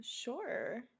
sure